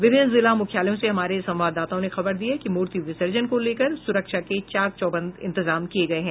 विभिन्न जिला मुख्यालयों से हमारे संवाददाताओं ने खबर दी है कि मूर्ति विसर्जन को लेकर सुरक्षा के चाक चौबंद इंतजाम किये गये हैं